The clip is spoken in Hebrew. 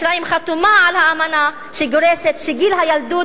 מצרים חתומה על האמנה שגורסת שגיל הילדות